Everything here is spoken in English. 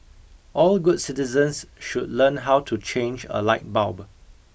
all good citizens should learn how to change a light bulb